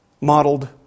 modeled